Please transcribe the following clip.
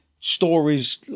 Stories